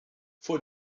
vor